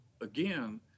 again